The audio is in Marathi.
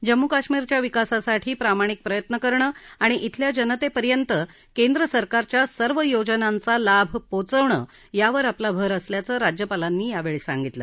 जम्मू कश्मीरच्या विकासासाठी प्रामाणिक प्रयत्न करणं आणि शिल्या जनतेपर्यंत केंद्र सरकारच्या सर्व योजनांचा लाभ पोचवणं यावर आपला भर असल्याचं राज्यपालांनी यावेळी सांगितलं